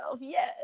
Yes